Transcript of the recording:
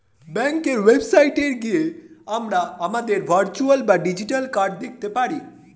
ব্যাঙ্কের ওয়েবসাইটে গিয়ে আমরা আমাদের ভার্চুয়াল বা ডিজিটাল কার্ড দেখতে পারি